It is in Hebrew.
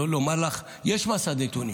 יש מסד נתונים.